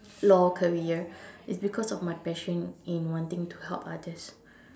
law career it's because of my passion in wanting to help others